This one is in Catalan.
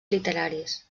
literaris